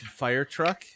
Firetruck